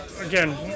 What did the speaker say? again